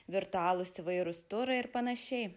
virtualūs įvairūs turai ir panašiai